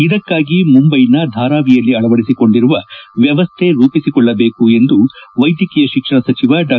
ಇದಕ್ಕಾಗಿ ಮುಂಬಯಿನ ಧಾರಾವಿಯಲ್ಲಿ ಅಳವಡಿಸಿಕೊಂಡಿರುವ ವ್ಲವಸ್ಥೆ ರೂಪಿಸಿಕೊಳ್ಳಬೇಕು ಎಂದು ವೈದ್ಯಕೀಯ ಶಿಕ್ಷಣ ಸಚಿವ ಡಾ